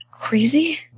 Crazy